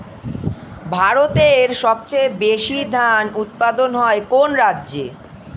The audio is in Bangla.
ভারতের সবচেয়ে বেশী ধান উৎপাদন হয় কোন রাজ্যে?